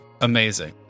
amazing